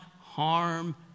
harm